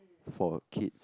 for a kids